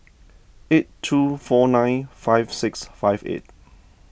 eight two four nine five six five eight